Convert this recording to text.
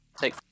take